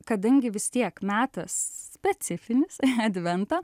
kadangi vis tiek metas specifinis advento